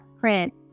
print